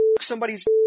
somebody's